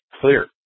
clear